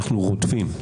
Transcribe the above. אנו רודפים.